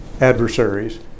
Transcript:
adversaries